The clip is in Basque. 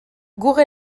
google